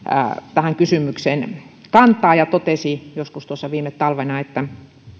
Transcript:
tähän kysymykseen kantaa ja totesi joskus viime talvena että